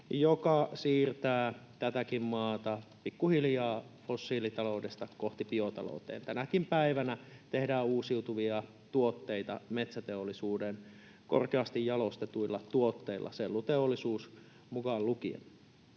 joka siirtää tätäkin maata pikkuhiljaa fossiilitaloudesta kohti biotaloutta. Tänäkin päivänä tehdään uusiutuvia tuotteita metsäteollisuuden korkeasti jalostetuilla tuotteilla, selluteollisuus mukaan lukien.